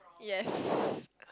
yes